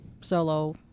solo